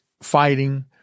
fighting